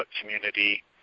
community